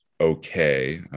okay